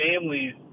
families